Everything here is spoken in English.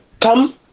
come